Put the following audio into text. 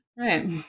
Right